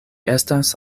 estas